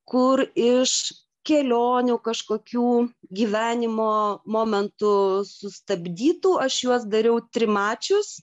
kur iš kelionių kažkokių gyvenimo momentų sustabdytų aš juos dariau trimačius